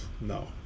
No